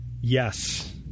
Yes